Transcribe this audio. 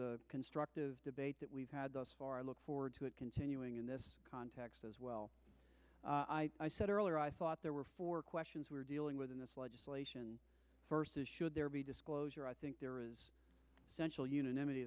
the constructive debate that we've had thus far i look forward to continuing in this context as well i said earlier i thought there were four questions we're dealing with in this legislation first should there be disclosure i think there is central un